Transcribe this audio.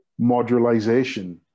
modularization